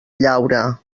llaure